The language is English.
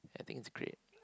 I think it's great